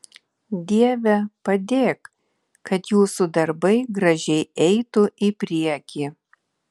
dieve padėk kad jūsų darbai gražiai eitų į priekį